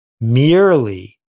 merely